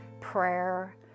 prayer